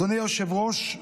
אדוני היו"ר,